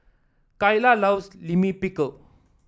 Cayla loves Lime Pickle